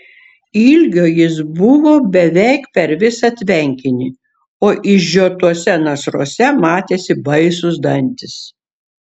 ilgio jis buvo beveik per visą tvenkinį o išžiotuose nasruose matėsi baisūs dantys